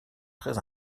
très